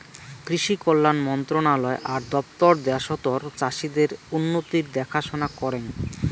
কৃষি কল্যাণ মন্ত্রণালয় আর দপ্তর দ্যাশতর চাষীদের উন্নতির দেখাশনা করেঙ